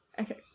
Okay